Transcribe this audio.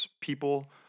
people